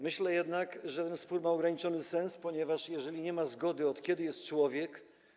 Myślę jednak, że ten spór ma ograniczony sens, ponieważ jeżeli nie ma zgody co do tego, od kiedy jest człowiek.